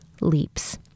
leaps